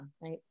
Right